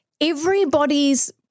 Everybody's